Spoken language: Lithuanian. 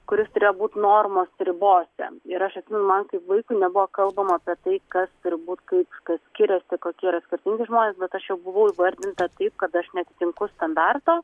kuris turėjo būt normos ribose ir aš atsimenu man kaip vaikui nebuvo kalbama apie tai kas turbūt kaip kas skiriasi kokie yra skirtingi žmonės bet aš jau buvau įvardinta taip kad aš neatitinku standarto